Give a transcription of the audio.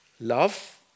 love